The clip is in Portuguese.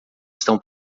estão